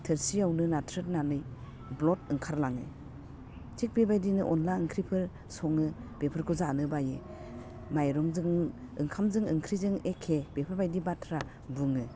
थोरसियावनो नाथ्रोदनानै ब्लद ओंखारलाङो थिग बेबायदिनो अनला ओंख्रिफोर सङो बेफोरखौ जानो बायो माइरंजों ओंखामजों ओंख्रिजों एखे बेफोरबायदि बाथ्रा बुङो